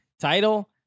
title